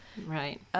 Right